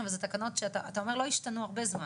ואתה אומר התקנות לא השתנו הרבה זמן.